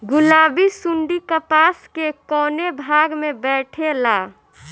गुलाबी सुंडी कपास के कौने भाग में बैठे ला?